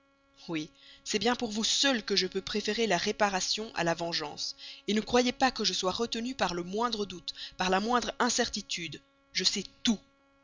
oui c'est bien pour vous seule que je peux préférer la réparation à la vengeance ne croyez pas que je sois retenu par le moindre doute par la plus légère incertitude je sais tout